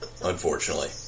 Unfortunately